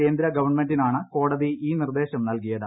കേന്ദ്ര ഗവൺമെന്റിനാണ് കോടതി ഈ നിർദ്ദേശം നൽകിയത്